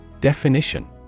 Definition